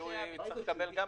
הוא גם צריך לקבל עדכון.